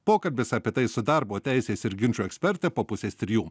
pokalbis apie tai su darbo teisės ir ginčų eksperte po pusės trijų